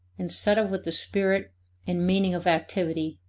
instead of with the spirit and meaning of activity,